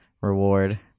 reward